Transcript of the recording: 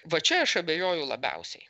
va čia aš abejoju labiausiai